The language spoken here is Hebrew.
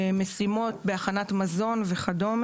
משימות בהכנת מזון וכד',